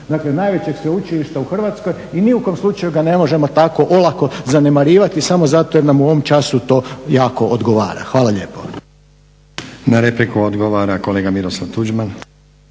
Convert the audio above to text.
dakle najvećeg sveučilišta u Hrvatskoj i ni u kojem slučaju ga ne možemo tako olako zanemarivati samo zato jer nam u ovom času to jako odgovara. Hvala lijepo. **Stazić, Nenad (SDP)** Na repliku odgovara kolega Miroslav Tuđman.